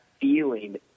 feeling